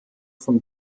von